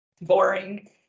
boring